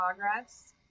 progress